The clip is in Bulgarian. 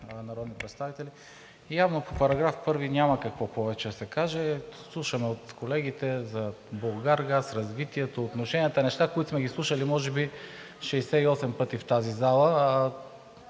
народни представители! Явно по § 1 няма какво повече да се каже. Слушаме от колегите за „Булгаргаз“, развитието, отношенията, неща, които сме ги слушали може би 68 пъти в тази зала